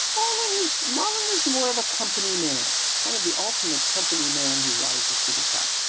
well, it is modern is more of a company man kind of the ultimate company man who rises to the top.